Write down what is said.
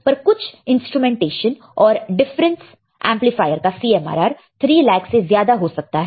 पर कुछ इंस्ट्रूमेंटेशन और डिफरेंस एंपलीफायर का CMRR 300000 से ज्यादा हो सकता है